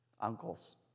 uncles